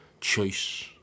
choice